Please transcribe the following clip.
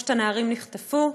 שלושת הנערים נחטפו,